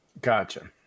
Gotcha